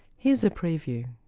here's a preview.